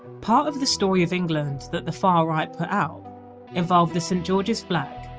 part of the story of england that the far right put out involved the st george's flag,